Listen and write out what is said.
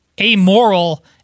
amoral